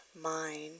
mind